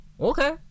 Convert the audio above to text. okay